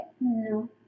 no